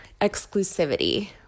exclusivity